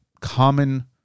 common